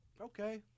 Okay